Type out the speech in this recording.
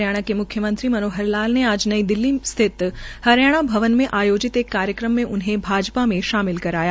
हरियाणा के म्ख्यमंत्री मनोहर लाल ने आज नई दिल्ली स्थित हरियाणा भवन में आयोजित एक कार्यक्रम में उन्हें भाजपा में शामिल कराया